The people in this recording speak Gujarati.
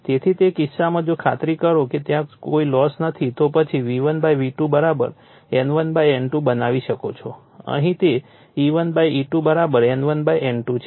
તેથી તે કિસ્સામાં જો ખાતરી કરો કે ત્યાં કોઈ લોસ નથી તો પછી V1 V2 N1 N2 બનાવી શકો છો અહીં તે E1 E2 N1 N2 છે